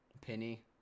penny